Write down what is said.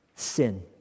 sin